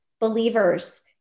believers